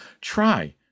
Try